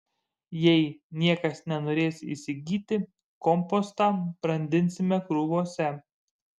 jei niekas nenorės įsigyti kompostą brandinsime krūvose